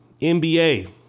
NBA